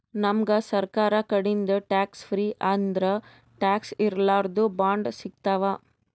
ನಮ್ಗ್ ಸರ್ಕಾರ್ ಕಡಿದಿಂದ್ ಟ್ಯಾಕ್ಸ್ ಫ್ರೀ ಅಂದ್ರ ಟ್ಯಾಕ್ಸ್ ಇರ್ಲಾರ್ದು ಬಾಂಡ್ ಸಿಗ್ತಾವ್